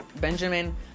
Benjamin